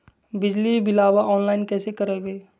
बिजली बिलाबा ऑनलाइन कैसे करबै?